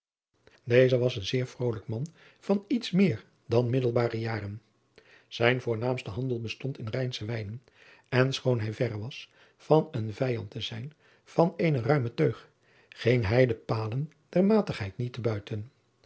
eze was een zeer vrolijk man van iets meer dan middelbare jaren ijn voornaamste handel bestond in ijnsche ijnen en schoon hij verre was van een vijand te zijn van eene ruime teug ging hij de palen der matigheid niet te buiten